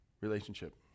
relationship